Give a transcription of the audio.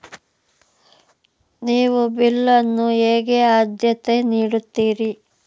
ನೀವು ಬಿಲ್ ಅನ್ನು ಹೇಗೆ ಆದ್ಯತೆ ನೀಡುತ್ತೀರಿ?